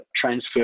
transfer